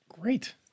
Great